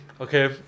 Okay